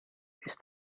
ist